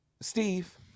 Steve